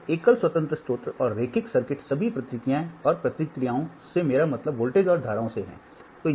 तो एकल स्वतंत्र स्रोत और रैखिक सर्किट सभी प्रतिक्रियाएं और प्रतिक्रियाओं से मेरा मतलब वोल्टेज और धाराओं से है